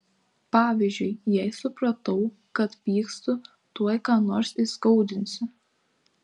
pavyzdžiui jei supratau kad pykstu tuoj ką nors įskaudinsiu